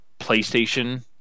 PlayStation